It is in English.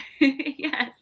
Yes